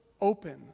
open